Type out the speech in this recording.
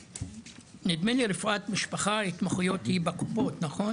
נדמה לי שברפואת משפחה ההתמחות היא בקופות ולכן